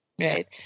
right